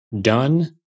done